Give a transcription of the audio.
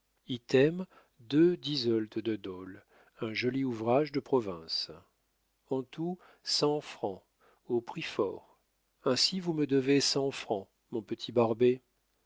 item deux d'yseult de dôle un joli ouvrage de province en tout cent francs au prix fort ainsi vous me devez cent francs mon petit barbet